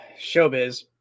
Showbiz